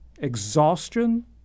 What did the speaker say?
Exhaustion